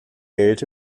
geld